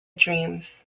dreams